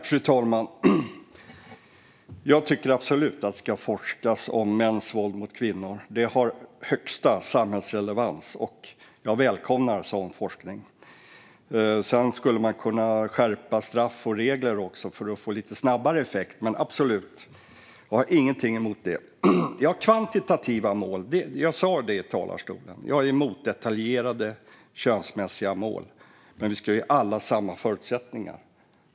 Fru talman! Det ska absolut forskas om mäns våld mot kvinnor. Det har högsta samhällsrelevans, och jag välkomnar sådan forskning. Man skulle också kunna skärpa regler och straff för att få lite snabbare effekt, men jag har absolut inget emot sådan forskning. Som jag sa i talarstolen är jag emot detaljerade könsmässiga mål, men vi ska alla ha samma förutsättningar.